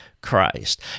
Christ